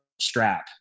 strap